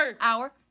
Hour